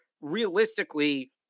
realistically